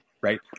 Right